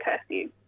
curfew